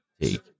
Take